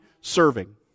serving